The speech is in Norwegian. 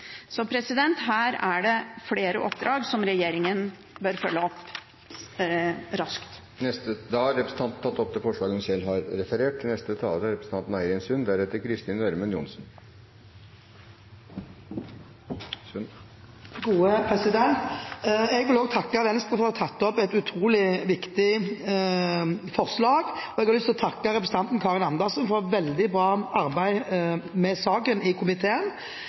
Så her er det flere oppdrag som regjeringen bør følge opp raskt. Representanten Karin Andersen har tatt opp de forslagene hun har referert til. Jeg vil også takke Venstre for å ha fremmet et utrolig viktig forslag. Og jeg har lyst til å takke representanten Karin Andersen for veldig bra arbeid med saken i komiteen.